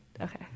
okay